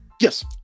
Yes